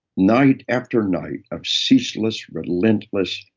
night after night of ceaseless, relentless,